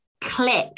click